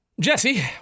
Jesse